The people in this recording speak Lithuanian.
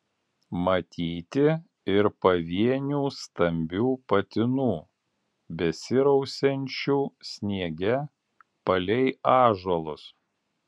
matyti ir pavienių stambių patinų besirausiančių sniege palei ąžuolus